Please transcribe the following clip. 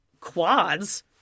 quads